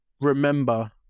remember